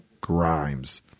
Grimes